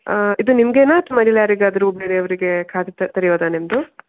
ಇದು ನಿಮಗೇನಾ ಅಥವಾ ಇನ್ನು ಯಾರಿಗಾದರೂ ಬೇರೆಯವರಿಗೆ ಖಾತೆ ತೆ ತೆರೆಯೋದಾ ನಿಮ್ಮದು